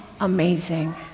amazing